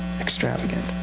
Extravagant